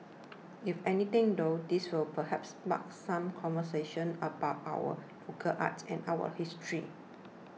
if anything though this will perhaps spark some conversations about our local art and our history